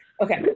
Okay